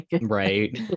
right